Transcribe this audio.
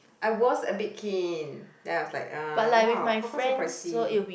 I was a bit keen then I was like uh !woah! how come so pricey